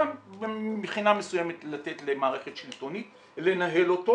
גם מבחינה מסוימת לתת למערכת שלטונית לנהל אותו.